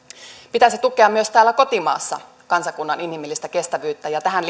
pitäisi tukea myös täällä kotimaassa kansakunnan inhimillistä kestävyyttä ja tähän